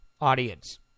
audience